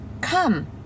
Come